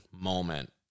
moment